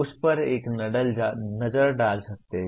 उस पर एक नजर डाल सकते हैं